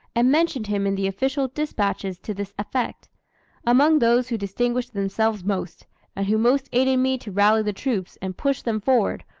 and mentioned him in the official dispatches to this effect among those who distinguished themselves most, and who most aided me to rally the troops and push them forward,